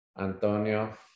Antonio